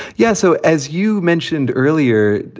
yeah. so as you mentioned earlier,